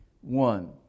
one